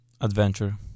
Adventure